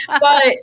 But-